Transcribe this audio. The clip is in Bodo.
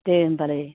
दे होमबालाय